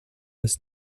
has